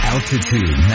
Altitude